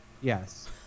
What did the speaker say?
yes